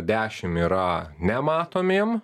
dešim yra nematomiem